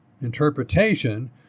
interpretation